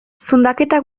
zundaketak